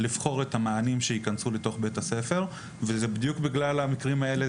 לבחור את המענים שיכנסו לתוך בית הספר וזה נעשה בדיוק בגלל המקרים האלה.